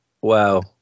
wow